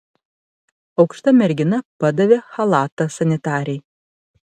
aukšta mergina padavė chalatą sanitarei